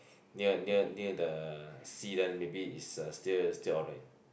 near near near the sea then maybe is uh still still alright